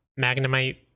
Magnemite